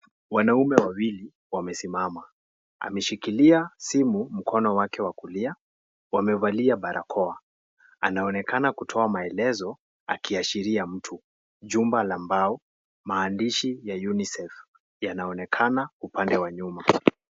Wanaume wawili wamesimama, ameshikilia simu mkono wake wa kulia wamevalia barakoa, anaonekana kutoa maelezo akiashiria mtu, jumba ambao maandishi ya UNICEF yanaonekana upande wa nyuma.